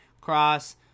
cross